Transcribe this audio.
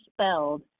spelled